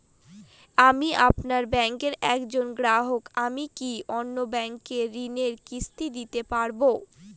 আমি আপনার ব্যাঙ্কের একজন গ্রাহক আমি কি অন্য ব্যাঙ্কে ঋণের কিস্তি দিতে পারবো?